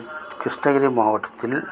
கிருஷ்ணகிரி மாவட்டத்தில்